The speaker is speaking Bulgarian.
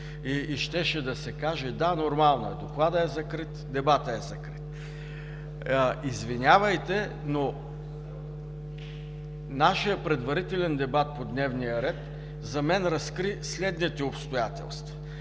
и щеше да се каже да, нормално е – Докладът е закрит, дебатът е закрит. Извинявайте, но нашият предварителен дебат по дневния ред за мен разкри следните обстоятелства: